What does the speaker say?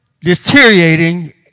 deteriorating